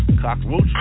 cockroach